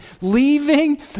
leaving